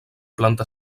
planta